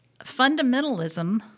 Fundamentalism